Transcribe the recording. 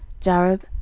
jarib,